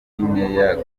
guinea